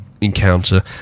encounter